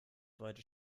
wollte